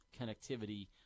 connectivity